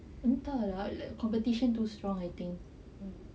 entah lah like competition